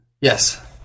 Yes